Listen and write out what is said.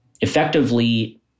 effectively